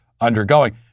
undergoing